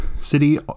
City